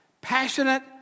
passionate